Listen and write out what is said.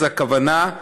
הכוונה,